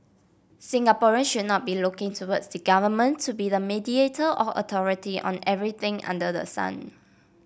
Singaporeans should not be looking towards the government to be the mediator or authority on everything under the sun